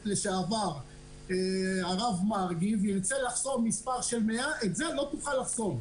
לשעבר הרב מרגי וירצה לחסום את מספר 100 את זה לא תוכל לחסום.